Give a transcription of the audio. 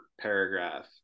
paragraph